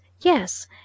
yes